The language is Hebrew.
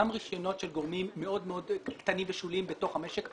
גם רישיונות של גורמים מאוד מאוד קטנים ושוליים בתוך המשק,